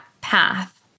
path